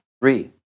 Three